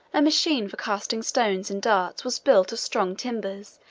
a machine for casting stones and darts was built of strong timbers,